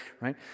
right